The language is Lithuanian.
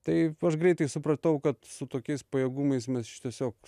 taip aš greitai supratau kad su tokiais pajėgumais mes tiesiog